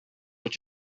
what